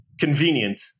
convenient